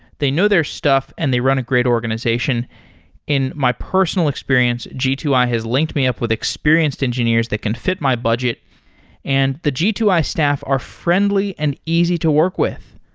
they know their stuff and they run a great organization in my personal experience, g two i has linked me up with experienced engineers that can fit my budget and the g two i staff are friendly and easy to work with.